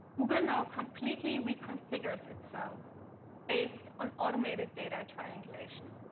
google now completely reconfigures itself based on automated data triangulation.